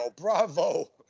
Bravo